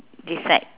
this side